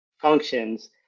functions